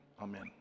Amen